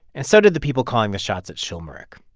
and so did the people calling the shots at schulmerich.